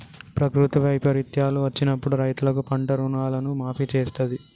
ప్రకృతి వైపరీత్యాలు వచ్చినప్పుడు రైతులకు పంట రుణాలను మాఫీ చేస్తాంది